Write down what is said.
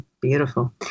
Beautiful